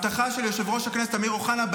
זה מזכיר לי הבטחה של יושב-ראש הכנסת אמיר אוחנה,